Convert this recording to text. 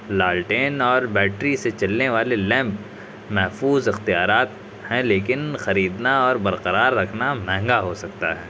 لالٹین اور بیٹری سے چلنے والے لیمپ محفوظ اختیارات ہیں لیکن خریدنا اور برقرار رکھنا مہنگا ہو سکتا ہے